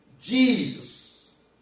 Jesus